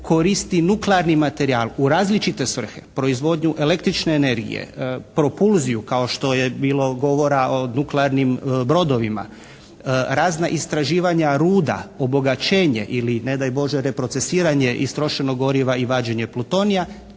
koristi nuklearni materijal u različite svrhe, proizvodnju električne energije, prokulziju kao što je bilo govora o nuklearnim brodovima, razna istraživanja ruda, obogaćenje ili ne daj Bože reprocesiranje istrošenog goriva i vađenje plutonija